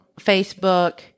Facebook